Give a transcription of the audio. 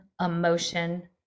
emotion